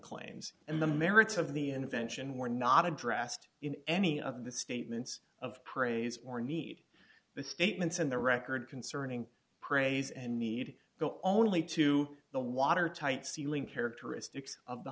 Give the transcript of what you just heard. claims and the merits of the invention were not addressed in any of the statements of praise or need the statements in the record concerning praise and need go only to the watertight ceiling characteristics of the